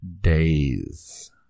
days